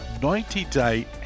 90-day